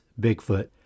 Bigfoot